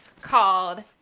called